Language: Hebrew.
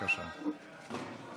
קובע